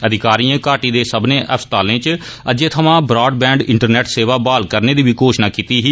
अधिकारिएं घाटी दे सब्बनै अस्पतालें इच अज्जै थमां ब्राड बैंड इंटरनेट सेवा बहाल करने दी वी घोषणा कीती ही